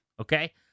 Okay